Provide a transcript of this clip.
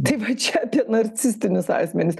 tai va čia apie narcistinius asmenis